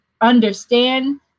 understand